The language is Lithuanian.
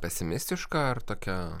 pesimistiška ar tokia